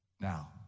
Now